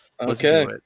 Okay